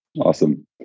Awesome